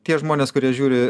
tie žmonės kurie žiūri